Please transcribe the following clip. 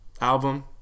album